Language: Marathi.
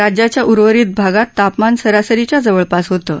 राज्याच्या उर्वरित भागात तापमान सरासरीच्या जवळपास होतं